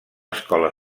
escola